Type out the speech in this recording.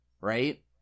right